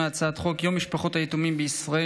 את הצעת חוק יום משפחות היתומים בישראל,